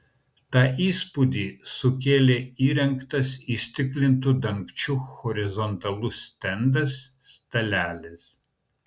tą įspūdį sukėlė įrengtas įstiklintu dangčiu horizontalus stendas stalelis